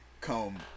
come